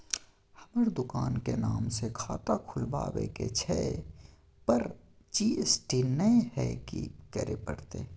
हमर दुकान के नाम से खाता खुलवाबै के छै पर जी.एस.टी नय हय कि करे परतै?